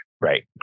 Right